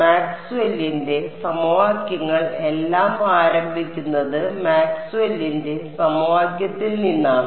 മാക്സ്വെല്ലിന്റെ സമവാക്യങ്ങൾ എല്ലാം ആരംഭിക്കുന്നത് മാക്സ്വെല്ലിന്റെ സമവാക്യത്തിൽ നിന്നാണ്